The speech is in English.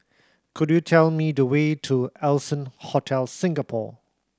could you tell me the way to Allson Hotel Singapore